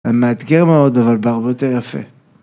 מאתגר מאוד אבל בהרבה יותר יפה.